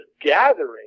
gathering